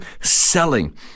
selling